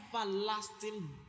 everlasting